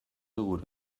gure